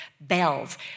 bells